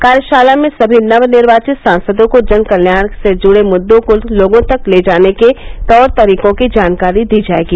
कार्यशाला में सभी नव निर्वाचित सांसदों को जन कल्याण से जुड़े मुददों को लोगों तक ले जाने के तौर तरीकों की जानकारी दी जायेगी